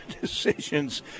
decisions